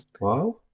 Wow